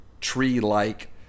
tree-like